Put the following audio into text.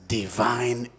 divine